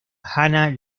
hannah